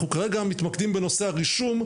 אנחנו כרגע מתמקדים בנושא הרישום,